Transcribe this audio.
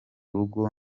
rugo